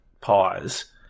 Pies